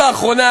באחרונה,